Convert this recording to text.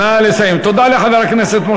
תודה, אדוני.